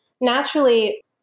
naturally